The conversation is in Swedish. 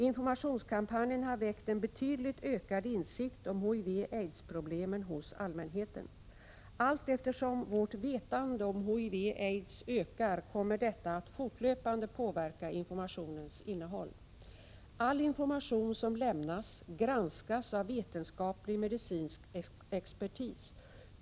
Informationskampanjen har väckt en betydligt ökad insikt om HIV aids ökar kommer detta att fortlöpande påverka informationens innehåll. Allinformation som lämnas granskas av vetenskaplig-medicinsk expertis.